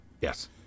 Yes